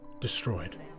destroyed